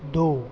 दो